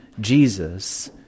Jesus